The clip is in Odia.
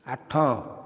ଆଠ